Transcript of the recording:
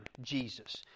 Jesus